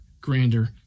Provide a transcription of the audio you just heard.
grander